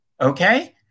Okay